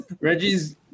Reggie's